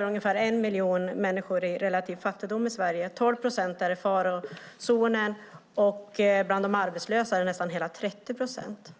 ungefär en miljon människor i dag lever i relativ fattigdom i Sverige. 12 procent är i farozonen, och bland de arbetslösa är det nästan 30 procent.